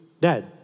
dead